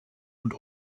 und